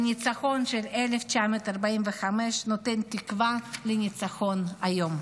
הניצחון של 1945 נותן תקווה לניצחון היום.